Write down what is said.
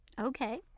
Okay